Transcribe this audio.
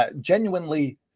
genuinely